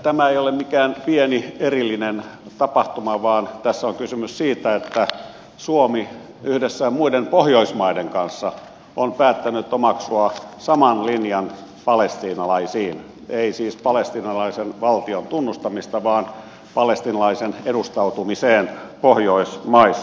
tämä ei ole mikään pieni erillinen tapahtuma vaan tässä on kysymys siitä että suomi yhdessä muiden pohjoismaiden kanssa on päättänyt omaksua saman linjan palestiinalaisiin nähden ei siis palestiinalaisen valtion tunnustamiseen vaan palestiinalaisten edustautumiseen pohjoismaissa